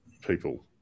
people